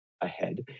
ahead